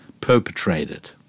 perpetrated